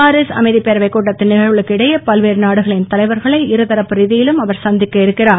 Paris அமைதிப் பேரவை கூட்டத்தின் நிகழ்வுகளுக்கிடையே பல்வேறு நாடுகளின் தலைவர்களை இருதரப்பு ரீதியிலும் அவர் சந்திக்க இருக்கிறார்